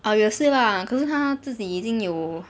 ah 也是啦可是她自己已经有